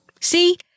See